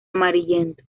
amarillento